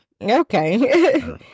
Okay